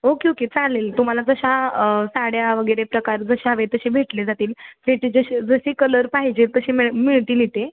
okay okay चालेल तुम्हाला जशा साड्या वगैरे प्रकार जसे हवे तसे भेटले जातील फेटे जसे जसे कलर पाहिजे तसे मिळ मिळतील इथे